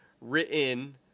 written